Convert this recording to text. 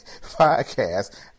podcast